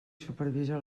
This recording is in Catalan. supervisa